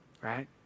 right